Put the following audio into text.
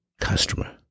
Customer